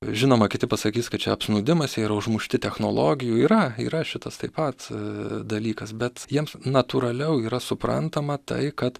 žinoma kiti pasakys kad čia apsnūdimas jie yra užmušti technologijų yra šitas taip pat dalykas bet jiems natūraliau yra suprantama tai kad